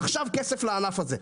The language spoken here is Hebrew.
עכשיו כסף לענף הזה,